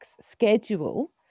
schedule